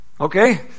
Okay